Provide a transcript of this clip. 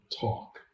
talk